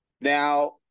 now